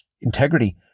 Integrity